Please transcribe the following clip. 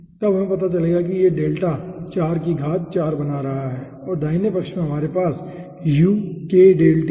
तब हमें पता चलेगा कि यह डेल्टा 4 की घात 4 बन रहा है और दाहिने पक्ष में हमारे पास है